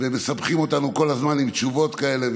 ומסבכים אותנו כל הזמן עם תשובות כאלה,